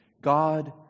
God